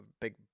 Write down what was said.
big